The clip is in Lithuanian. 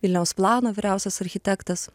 vilniaus plano vyriausias architektas